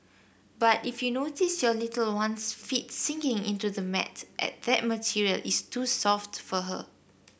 but if you notice your little one's feet sinking into the mat at that material is too soft for her